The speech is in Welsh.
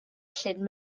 llyn